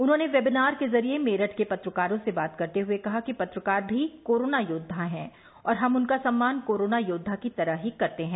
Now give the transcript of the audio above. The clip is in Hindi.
उन्होंने वेबिनार के जरिये मेरठ के पत्रकारों से बात करते हये कहा कि पत्रकार भी कोरोना योद्वा हैं और हम उनका सम्मान कोरोना योद्वा की तरह ही करते हैं